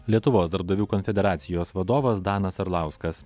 lietuvos darbdavių konfederacijos vadovas danas arlauskas